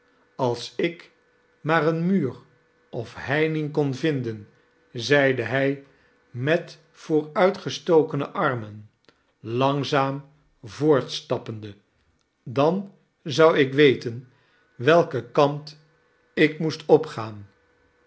als ik maar een muur of heining kon vinden zeide hij met vooruitgestokene armen langzaam voortstappende dan zou ik weten nelly welken kant ik moest opgaan